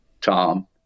Tom